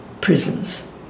prisons